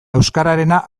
euskararena